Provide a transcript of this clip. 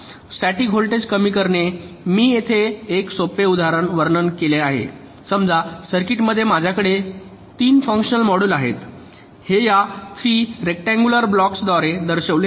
static voltage कमी करणे मी येथे एक सोप्या उदाहरणासह वर्णन करीत आहे समजा सर्किटमध्ये माझ्याकडे 3 फंक्शनल मॉड्यूल आहेत हे या 3 रेक्टनंगुलर ब्लॉक्सद्वारे दर्शविलेले आहेत